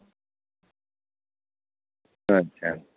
ᱟᱪᱪᱷᱟ